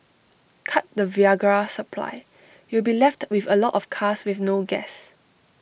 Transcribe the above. cut the Viagra supply you'll be left with A lot of cars with no gas